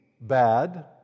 bad